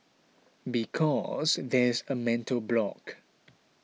because there's a mental block